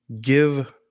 give